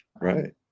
right